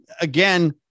again